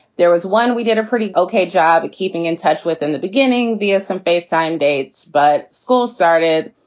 there was one we did a pretty okay job of keeping in touch with in the beginning. there's ah some face time dates, but school started,